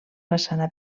façana